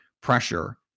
pressure